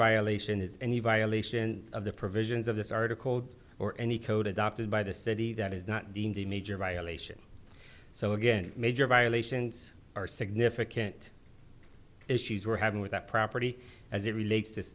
violation is any violation of the provisions of this article or any code adopted by the city that is not deemed a major violation so again major violations are significant issues we're having with that property as it relates to